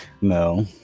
No